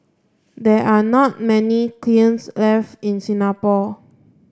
there are not many kilns left in Singapore